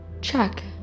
Check